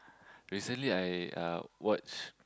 recently I uh watch